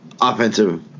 offensive